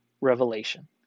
revelation